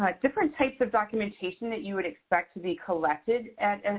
like different types of documentation that you would expect to be collected at,